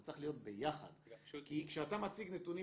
זה צריך להיות ביחד כי כשאתה מציג נתונים